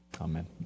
Amen